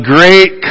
Great